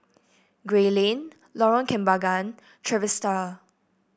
Gray Lane Lorong Kembagan Trevista